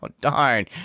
darn